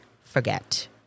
forget